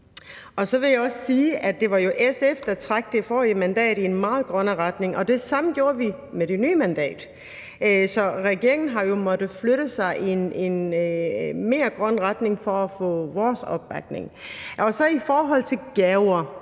jo var SF, der trak det forrige mandat i en meget grønnere retning, og det samme gjorde vi med det nye mandat. Så regeringen har jo måttet flyttet sig i en mere grøn retning for at få vores opbakning. Så i forhold til det